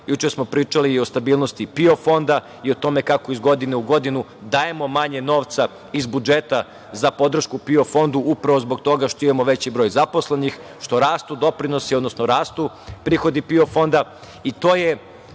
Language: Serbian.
juče smo pričali i o stabilnosti PIO fonda i o tome kako iz godine u godinu dajemo manje novca iz budžeta za podršku PIO fondu upravo zbog toga što imamo veći broj zaposlenih, što rastu doprinosi, odnosno rastu prihodi PIO fonda